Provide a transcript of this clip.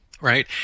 Right